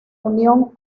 union